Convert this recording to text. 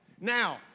Now